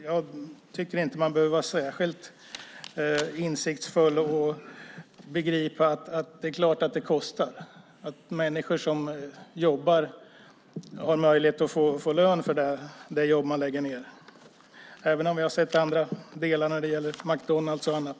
Jag tycker inte att man behöver vara särskilt insiktsfull för att begripa att det kostar. Det handlar om människor som jobbar och som har möjlighet att få lön för det jobb som de lägger ned, även om vi har sett andra delar när det gäller McDonalds och annat.